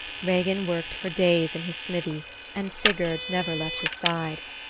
regin worked for days in his smithy and sigurd never left his side.